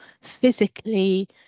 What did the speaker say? physically